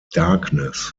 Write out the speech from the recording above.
darkness